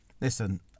Listen